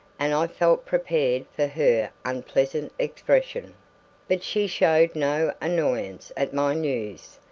and i felt prepared for her unpleasant expression but she showed no annoyance at my news.